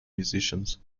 musicians